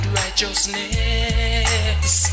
righteousness